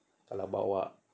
err kalau bawa